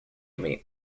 meet